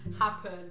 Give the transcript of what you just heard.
happen